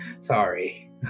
Sorry